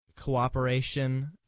cooperation